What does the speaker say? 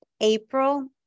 April